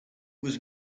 was